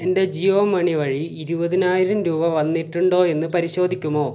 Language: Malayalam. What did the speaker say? എൻ്റെ ജിയോ മണി വഴി ഇരുപതിനായിരം രൂപ വന്നിട്ടുണ്ടോ എന്ന് പരിശോധിക്കുമോ